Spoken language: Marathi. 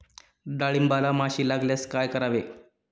डाळींबाला माशी लागल्यास काय करावे?